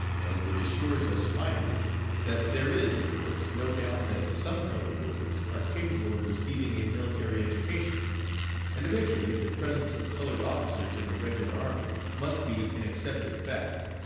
and it assures us finally that there is, of course, no doubt that some colored boys are capable of receiving a military education and eventually the presence of colored officers in the regular army must be an accepted fact